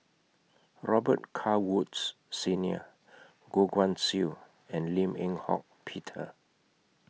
Robet Carr Woods Senior Goh Guan Siew and Lim Eng Hock Peter